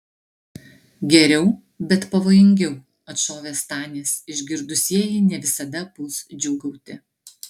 geriau bet pavojingiau atšovė stanis išgirdusieji ne visada puls džiūgauti